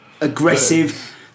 aggressive